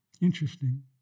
Interesting